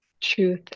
truth